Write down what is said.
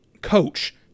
coach